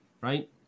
right